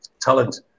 talent